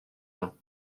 nhw